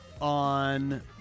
on